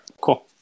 cool